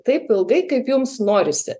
taip ilgai kaip jums norisi